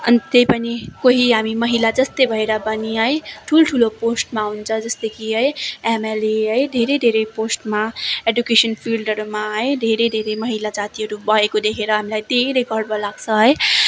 अनि त्यही पनि कोही हामी महिलाजस्तै भएर पनि है ठुलठुलो पोस्टमा हुन्छ है जस्तै कि है एमएलए है धेरै धेरै पोस्टमा एडुकेसन फिल्डहरूमा है धेरै धेरै महिला जातिहरू भएको देखेर हामीलाई धेरै गर्व लाग्छ है